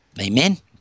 Amen